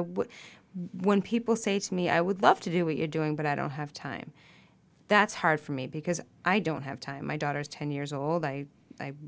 would when people say to me i would love to do what you're doing but i don't have time that's hard for me because i don't have time my daughter is ten years old i